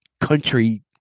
country